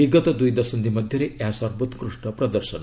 ବିଗତ ଦୂଇ ଦଶନ୍ଧି ମଧ୍ୟରେ ଏହା ସର୍ବୋକୃଷ୍ଟ ପ୍ରଦର୍ଶନ